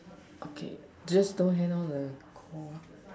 okay just don't hang up the Call